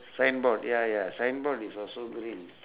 signboard ya ya signboard is also green